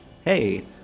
hey